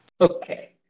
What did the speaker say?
Okay